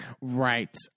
Right